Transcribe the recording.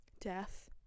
death